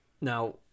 Now